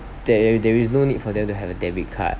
there there is no need for them to have a debit card